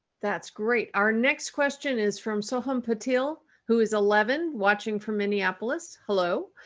that's great. our next question is from sohan patel, who is eleven watching from minneapolis. hello.